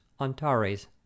Antares